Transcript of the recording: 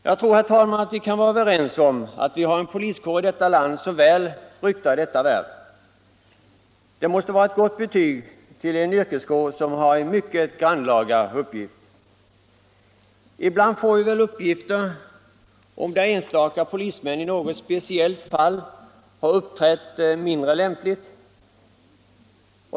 Jag tror, herr talman, att vi kan vara överens om att vi har en poliskår i detta land som väl ryktar sitt värv. Det måste vara ett gott betyg åt en yrkeskår som har en mycket grannlaga uppgift. Ibland får vi väl höra att enstaka polismän i något speciellt fall har uppträtt mindre lämpligt.